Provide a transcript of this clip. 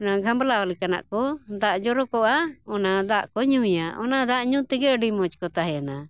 ᱚᱱᱟ ᱜᱷᱟᱢᱞᱟᱣ ᱞᱮᱠᱟᱱᱟᱜ ᱠᱚ ᱫᱟᱜ ᱡᱚᱨᱚ ᱠᱚᱜᱼᱟ ᱚᱱᱟ ᱫᱟᱜ ᱠᱚ ᱧᱩᱭᱟ ᱚᱱᱟ ᱫᱟᱜ ᱧᱩ ᱛᱮᱜᱮ ᱟᱹᱰᱤ ᱢᱚᱡᱽ ᱠᱚ ᱛᱟᱦᱮᱱᱟ